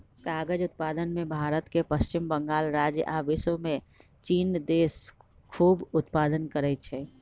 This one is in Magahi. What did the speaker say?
कागज़ उत्पादन में भारत के पश्चिम बंगाल राज्य आ विश्वमें चिन देश खूब उत्पादन करै छै